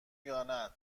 یانه